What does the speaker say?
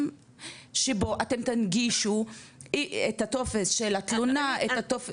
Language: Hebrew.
שבו אתם תנגישו את הטופס של התלונה בשפתם באנגלית,